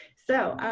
so.